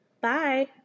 Bye